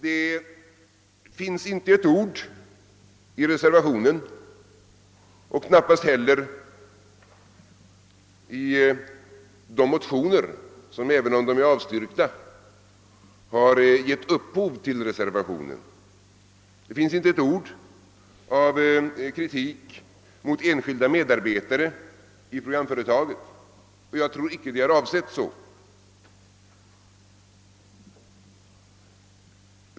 Det finns inte i reservationen och knappast heller i de motioner som — även om de är avstyrkta — har givit upphov till reservationen ett enda ord av kritik mot enskilda medarbetare i programföretaget, och jag tror heller icke det är avsett så.